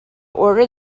order